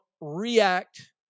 react